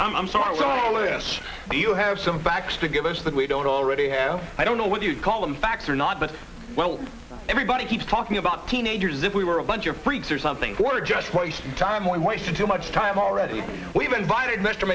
i'm sorry yes do you have some facts to give us that we don't already have i don't know what you call them facts or not but well everybody keeps talking about teenagers if we were a bunch of freaks or something or just wasting time on wasted too much time already we've invited mr